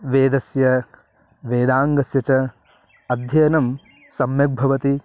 वेदस्य वेदाङ्गस्य च अध्ययनं सम्यक् भवति